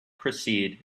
proceed